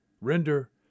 Render